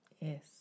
Yes